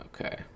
Okay